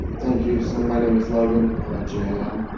thank you. so my name is logan, l o g a n,